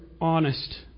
honest